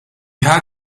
had